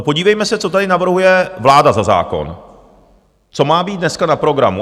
Podívejme se, co tady navrhuje vláda za zákon, co má být dneska na programu.